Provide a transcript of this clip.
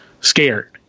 scared